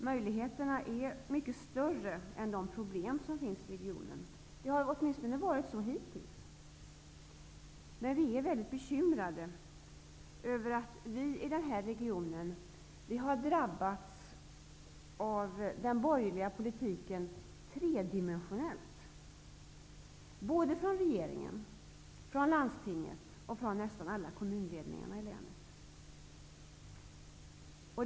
Möjligheterna är mycket större än problemen -- åtminstone har det varit så hittills. Men vi är väldigt bekymrade över att den här regionen har drabbats av den borgerliga politiken tredimensionellt, dvs. av den politik som har förts av såväl regeringen som landstinget och nästan alla kommunledningar i länet.